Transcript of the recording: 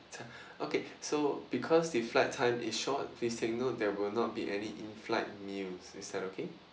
okay so because the flight time is short please take note there will not be any in-flight meals is that okay